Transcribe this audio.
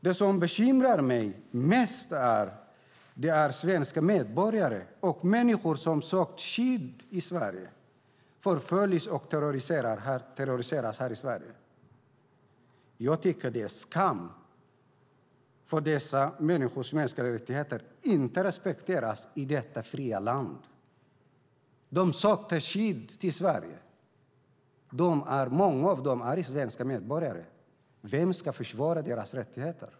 Det som bekymrar mig mest är att svenska medborgare och människor som sökt skydd i Sverige förföljs och terroriseras här i Sverige. Jag tycker att det är en skam att dessa människors mänskliga rättigheter inte respekteras i detta fria land. De sökte skydd i Sverige. Många är svenska medborgare. Vem ska försvara deras rättigheter?